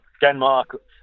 Denmark